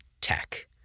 tech